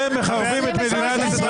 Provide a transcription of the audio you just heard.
אתם באצבעות שלכם מחרבים את מדינת ישראל.